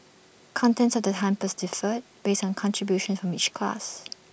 contents of the hampers differed based on contributions from each class